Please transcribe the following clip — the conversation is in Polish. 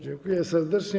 Dziękuję serdecznie.